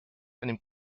einem